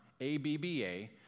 A-B-B-A